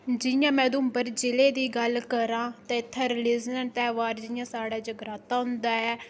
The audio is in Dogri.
जियां में उधमपुर जि'लें दी गल्ल करां ते इत्थें रिलिजन ध्यार जियां साढ़ै जगराता होंदा ऐ